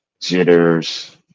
jitters